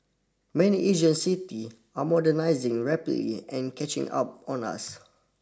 many Asian city are modernising rapidly and catching up on us